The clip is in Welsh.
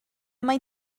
mai